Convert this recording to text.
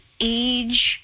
age